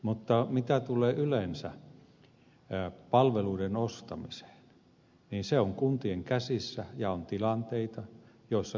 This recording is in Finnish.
mutta mitä tulee yleensä palveluiden ostamiseen niin se on kuntien käsissä ja on tilanteita joissa kannattaa ostaa